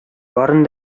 барын